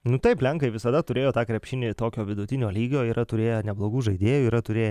nu taip lenkai visada turėjo tą krepšinį tokio vidutinio lygio yra turėję neblogų žaidėjų yra turėję